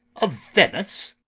of venice?